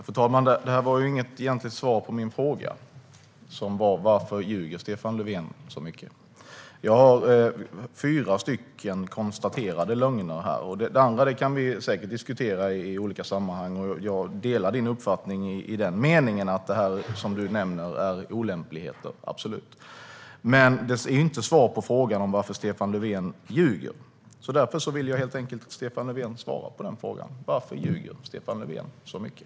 Fru talman! Det var inget egentligt svar på min fråga, som var: Varför ljuger Stefan Löfven så mycket? Jag har fyra konstaterade lögner här. Det andra kan vi säkert diskutera i olika sammanhang, och jag delar statsministerns uppfattning i den meningen att det han nämner är olämpligheter - absolut. Men det är inte ett svar på frågan varför Stefan Löfven ljuger. Därför vill jag helt enkelt att Stefan Löfven svarar på frågan. Varför ljuger Stefan Löfven så mycket?